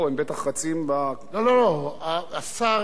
שר התקשורת עומד מולך.